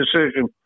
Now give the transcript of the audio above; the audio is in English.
decision